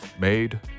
made